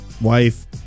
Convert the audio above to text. wife